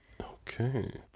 Okay